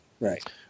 Right